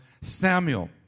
Samuel